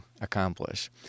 accomplish